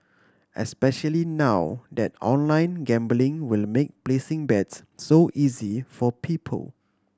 especially now that online gambling will make placing bets so easy for people